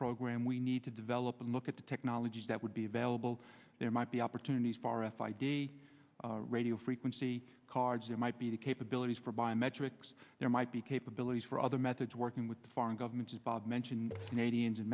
program we need to develop and look at the technologies that would be available there might be opportunities for if id radio frequency cards there might be the capabilities for biometrics there might be capabilities for other methods working with foreign governments as bob mentioned can